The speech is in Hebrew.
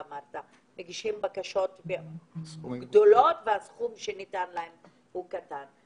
בקשות והסכום שניתן להם הוא קטן.